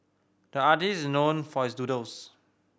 the artist is known for his doodles